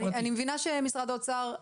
אני מבינה שמשרד האוצר,